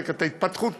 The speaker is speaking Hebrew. חלק ההתפתחות,